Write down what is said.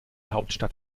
hauptstadt